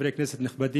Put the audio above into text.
חברי כנסת נכבדים,